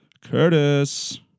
Curtis